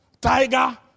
tiger